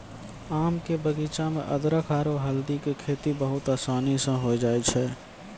आम के बगीचा मॅ अदरख आरो हल्दी के खेती बहुत आसानी स होय जाय छै